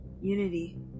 unity